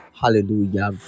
Hallelujah